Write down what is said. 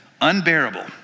unbearable